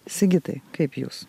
sigitai kaip jūs